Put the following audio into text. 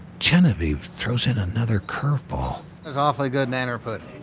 genevieve throws in another curveball. that's awfully good nanner but